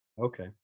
okay